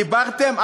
דיברתם,